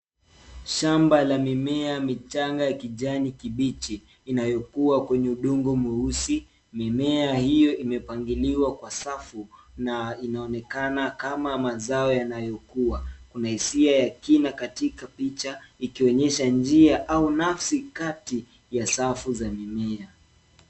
Shamba la mimea michanga ya kijani kibichi inayokua kwenye udongo mweusi. Mimea hiyo imepangiliwa kwa safu na inaonekana kama mazao yanayokua. Kuna hisia ya kina katika picha, ikionyesha njia au nafsi kati ya safu za mimea.